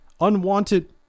Unwanted